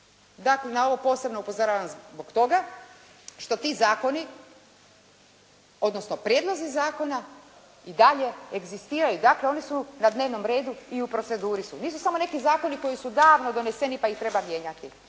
Dakle, na ovo posebno upozoravam zbog toga što ti zakoni, odnosno prijedlozi zakona i dalje egzistiraju. Dakle, oni su na dnevnom redu i na proceduri su. Nisu samo neki zakoni koji su davno doneseni, pa ih treba mijenjati,